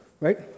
right